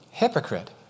hypocrite